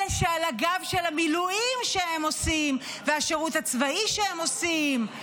אלה שעל הגב של המילואים שהם עושים והשירות הצבאי שהם עושים,